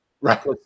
Right